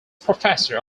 professor